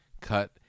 cut